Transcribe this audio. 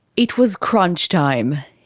it was crunch time.